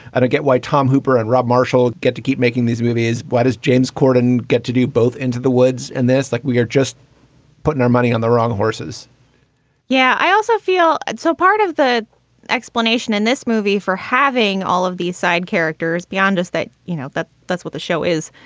i don't get why tom hooper and rob marshall get to keep making these movies. why does james corden get to do both? into the woods and this like we are just putting our money on the wrong horses yeah. i also feel and so part of the explanation in this movie for having all of these side characters beyond just that. you know, that that's what the show is.